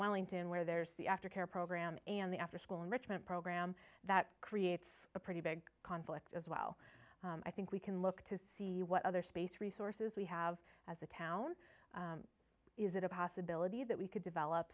wellington where there's the aftercare program and the afterschool enrichment program that creates a pretty big conflict as well i think we can look to see what other space resources we have as a town is it a possibility that we could develop